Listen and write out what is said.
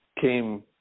came